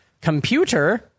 computer